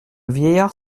vieillard